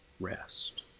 rest